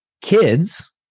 kids